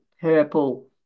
purple